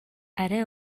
арай